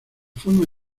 forma